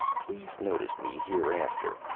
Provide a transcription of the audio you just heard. please notice me hereafter,